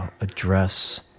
address